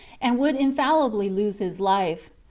and would infallibly lose his life.